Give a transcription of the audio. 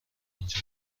اینجا